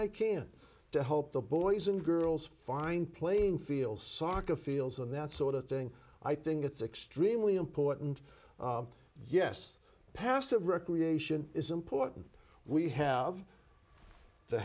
i can to help the boys and girls fine playing fields soccer fields and that sort of thing i think it's extremely important yes passive recreation is important we have t